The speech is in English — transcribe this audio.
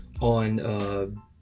on